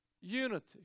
Unity